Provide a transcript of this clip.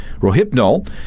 Rohypnol